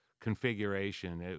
configuration